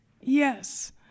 yes